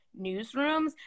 newsrooms